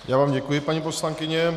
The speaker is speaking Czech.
Já vám děkuji, paní poslankyně.